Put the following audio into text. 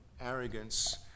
arrogance